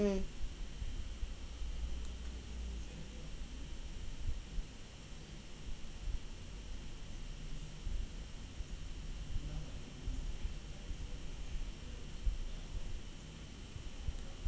mm